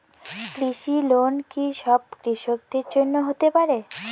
কৃষি লোন কি সব কৃষকদের জন্য হতে পারে?